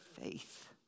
Faith